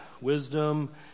wisdom